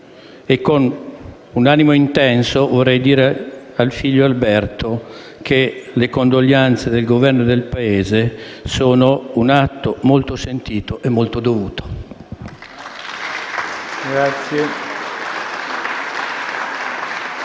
e con un animo intenso vorrei dire al figlio Alberto che le condoglianze del Governo e del Paese sono un atto molto sentito e molto dovuto.